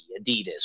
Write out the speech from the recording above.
Adidas